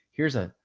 here's a,